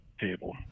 table